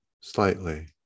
slightly